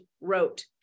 wrote